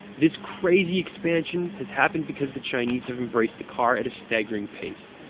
this crazy expansion has happened because the chinese have embraced the car at a staggering pace.